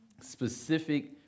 specific